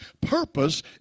Purpose